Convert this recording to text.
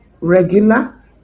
regular